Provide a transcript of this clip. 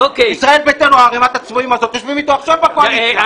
ישראל ביתנו ערימת הצבועים הזאת יושבים אתו עכשיו בקואליציה.